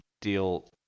deal